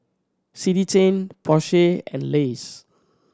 City Chain Porsche and Lays